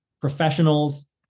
professionals